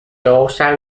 also